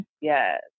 Yes